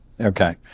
Okay